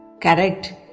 Correct